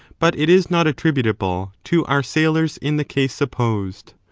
but it is not attributable to our sailors in the case supposed.